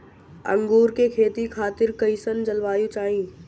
अंगूर के खेती खातिर कइसन जलवायु चाही?